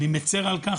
אני מצר על כך,